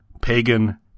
pagan